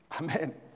Amen